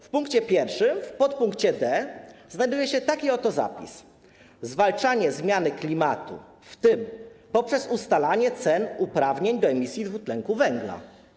W pkt 1 w ppkt d znajduje się taki oto zapis: Zwalczanie zmiany klimatu, w tym poprzez ustalanie cen uprawnień do emisji dwutlenku węgla.